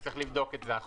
צריך לבדוק את זה.